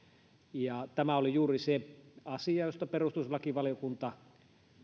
ja tämä oli juuri se asia josta perustuslakivaliokunta